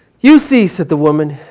you see, said the woman.